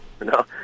No